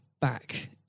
back